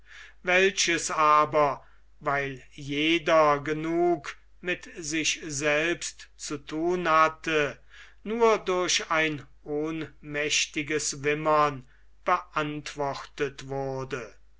welches aber weil jeder genug mit sich selbst zu thun hatte nur durch ein ohnmächtiges wimmern beantwortet wurde